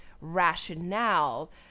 rationale